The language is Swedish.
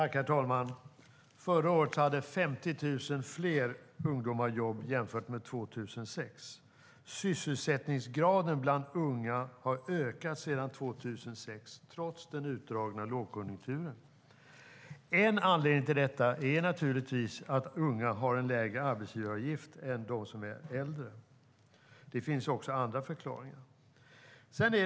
Herr talman! Förra året hade 50 000 fler ungdomar jobb jämfört med 2006. Sysselsättningsgraden bland unga har ökat sedan 2006 trots den utdragna lågkonjunkturen. En anledning till det är naturligtvis att unga har en lägre arbetsgivaravgift än de som är äldre. Det finns också andra förklaringar.